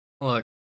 Look